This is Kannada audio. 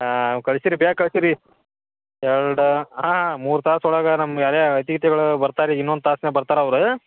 ಕಳಿಸಿರಿ ಬೇಗ ಕಳಿಸಿರಿ ಎರಡು ಹಾಂ ಮೂರು ತಾಸು ಒಳಗೆ ನಮ್ಮ ಅದೇ ಅತಿಥಿಗಳು ಬರ್ತಾರೆ ಈಗ ಇನ್ನೊಂದು ತಾಸ್ನಾಗೆ ಬರ್ತಾರೆ ಅವ್ರು